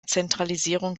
zentralisierung